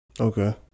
Okay